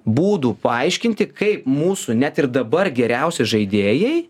būdų paaiškinti kaip mūsų net ir dabar geriausi žaidėjai